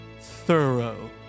thorough